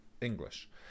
English